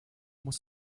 muss